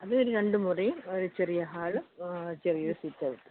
അത് ഒരു രണ്ട് മുറിയും ഒരു ചെറിയ ഹാൾ ചെറിയ ഒരു സിറ്റ് ഔട്ട്